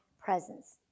presence